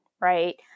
right